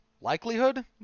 Likelihood